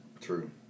True